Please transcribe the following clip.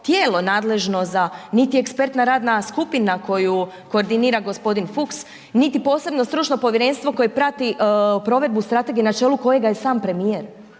tijelo nadležno za, niti ekspertna radna skupina koju koordinira g. Fucks, niti posebno stručno povjerenstvo koje prati provedbu strategije na čelu kojega je sam premijer.